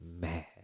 mad